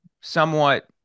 somewhat